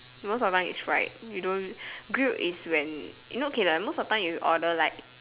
most of the time is fried you don't grilled is when you know okay then most of the time you order like